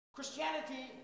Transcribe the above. Christianity